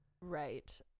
Right